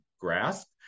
grasp